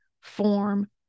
form